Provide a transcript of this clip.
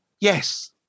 Yes